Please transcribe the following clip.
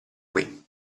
qui